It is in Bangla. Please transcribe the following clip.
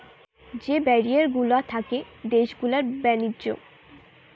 যে ব্যারিয়ার গুলা থাকে দেশ গুলার ব্যাণিজ্য